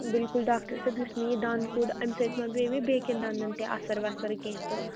بِلکُل ڈاکٹر صٲب یُس مےٚ یہِ دَنٛد کوٚڈ اَمہِ سۭتۍ ما گٔے مےٚ بیٚین دَنٛدن تہِ اَثر وَثر کیٚنٛہہ تہٕ